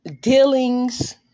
dealings